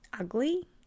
ugly